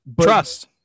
trust